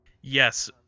Yes